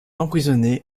emprisonnés